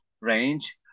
range